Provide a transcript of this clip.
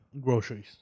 groceries